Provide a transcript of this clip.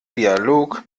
dialog